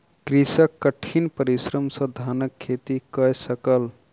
कृषक कठिन परिश्रम सॅ धानक खेती कय सकल